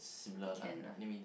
can lah